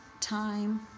time